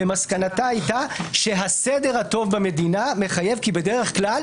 ומסקנתה הייתה שהסדר הטוב במדינה מחייב כי בדרך כלל